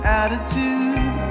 attitude